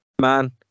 Man